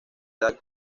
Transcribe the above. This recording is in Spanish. edad